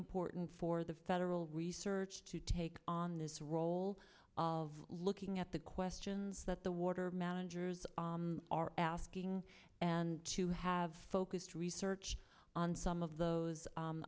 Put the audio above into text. important for the federal research to take on this role of looking at the questions that the water managers are asking and to have focused research on some of those